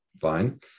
fine